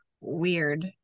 weird